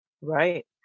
Right